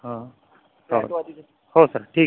हा चालेल हो सर ठीक